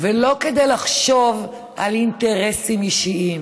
ולא כדי לחשוב על אינטרסים אישיים.